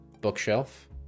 Bookshelf